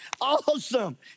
Awesome